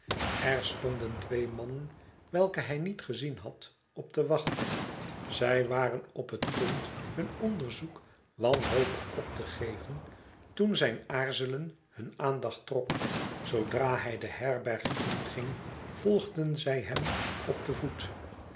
er eindelijk in stonden twee mannen welke hij niet gezien had op de wacht zij war en op het punt hun onderzoek wanhopig op te geven toen zijn aarzelen hun aandacht trok zoodra hij de herberg in ging volgden zij hem op den voet